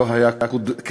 לא היה כדוגמתו,